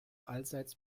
allseits